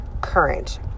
current